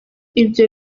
ibyo